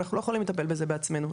אנחנו לא יכולים לטפל בזה בעצמנו,